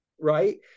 right